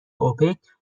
اوپک